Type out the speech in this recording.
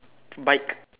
bike